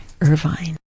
Irvine